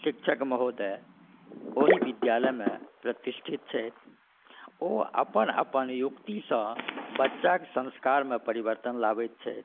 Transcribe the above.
शिक्षक महोदय ओहि विद्यालयमे प्रतिष्ठित छथि ओ अपन अपन युक्तिसँ बच्चाके संस्कारमे परिवर्तन लाबै छथि